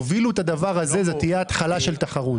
תובילו את הדבר הזה, זו תהיה התחלה של תחרות.